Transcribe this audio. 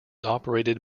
operated